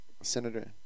senator